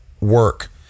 work